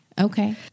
Okay